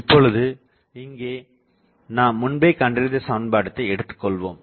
இப்பொழுது இங்கே நாம் முன்பே கண்டறிந்த சமன்பாட்டை எடுத்துக்கொள்ளவோம்